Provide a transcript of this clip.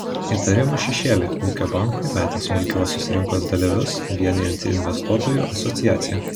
įtarimų šešėlį ūkio bankui metė smulkiuosius rinkos dalyvius vienijanti investuotojų asociacija